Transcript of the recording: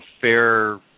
fair